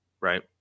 right